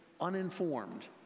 uninformed